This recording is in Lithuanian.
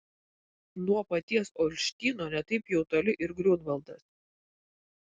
nuo paties olštyno ne taip jau toli ir griunvaldas